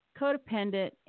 codependent